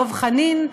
דב חנין,